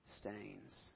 stains